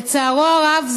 לצערו הרב,